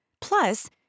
Plus